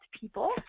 people